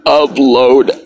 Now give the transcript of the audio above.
upload